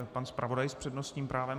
Pan zpravodaj s přednostním právem.